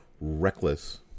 reckless